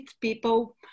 People